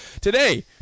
Today